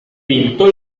pintó